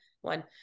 one